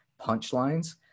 punchlines